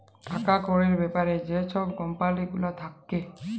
টাকা কড়ির ব্যাপারে যে ছব কম্পালি গুলা থ্যাকে